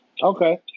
Okay